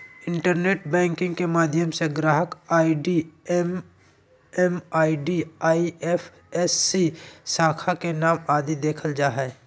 internet banking के माध्यम से ग्राहक आई.डी एम.एम.आई.डी, आई.एफ.एस.सी, शाखा के नाम आदि देखल जा हय